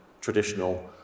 traditional